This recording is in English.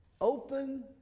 open